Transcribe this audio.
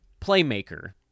playmaker